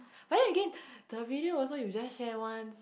but then again the video also you just share once